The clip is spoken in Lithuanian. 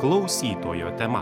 klausytojo tema